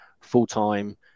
full-time